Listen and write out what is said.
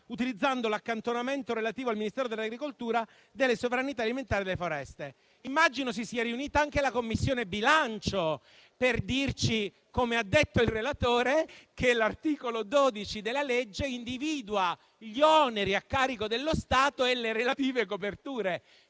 utilizzando l'accantonamento relativo al Ministero dell'agricoltura, della sovranità alimentare e delle foreste». Immagino si sia riunita anche la Commissione bilancio per dirci, come ha detto il relatore, che l'articolo 12 del disegno di legge individua gli oneri a carico dello Stato e le relative coperture.